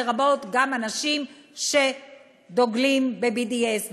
לרבות אנשים שדוגלים ב-BDS,